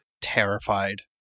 terrified